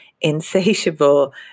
insatiable